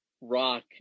Rock